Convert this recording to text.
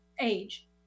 age